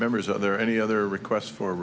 members are there any other requests for